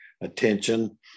attention